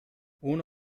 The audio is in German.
ohne